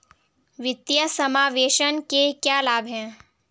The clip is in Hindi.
वित्तीय समावेशन के क्या लाभ हैं?